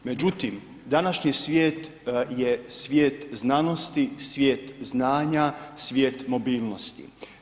Međutim, današnji svijet je svijet znanosti, svijet znanja, svijet mobilnosti.